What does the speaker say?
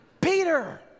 Peter